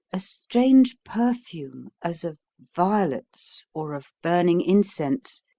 a strange perfume, as of violets or of burning incense,